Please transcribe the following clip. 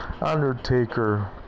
Undertaker